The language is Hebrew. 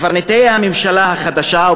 קברניטי הממשלה החדשה,